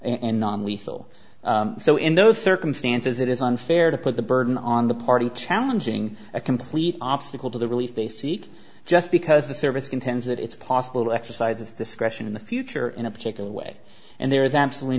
and non lethal so in those circumstances it is unfair to put the burden on the party challenging a complete obstacle to the relief they seek just because the service contends that it's possible to exercise its discretion in the future in a particular way and there is absolutely